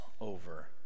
over